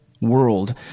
world